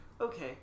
okay